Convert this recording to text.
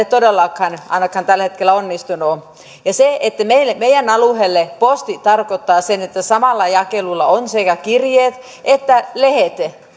todellakaan ainakaan tällä hetkellä onnistunut meidän alueellemme posti tarkoittaa sitä että samalla jakelulla ovat sekä kirjeet että lehdet